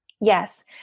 yes